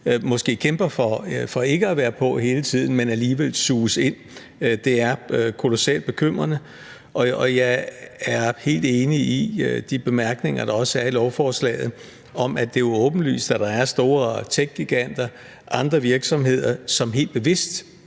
måske kæmper for ikke at være på hele tiden, men alligevel suges ind. Det er kolossalt bekymrende, og jeg er helt enig i de bemærkninger, der også er i beslutningsforslaget, om, at det jo er åbenlyst, at der er store tech-giganter og andre virksomheder, som helt bevidst